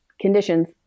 conditions